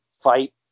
fight